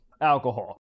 Alcohol